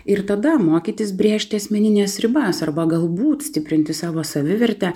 ir tada mokytis brėžti asmenines ribas arba galbūt stiprinti savo savivertę